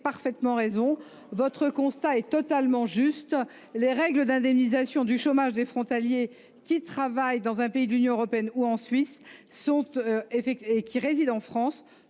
parfaitement raison, et votre constat est totalement juste. Les règles d’indemnisation du chômage des frontaliers qui travaillent dans un pays de l’Union européenne ou en Suisse et qui résident en France